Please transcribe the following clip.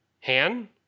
Han